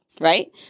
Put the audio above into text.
right